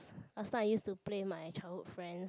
last time I used to play with my childhood friends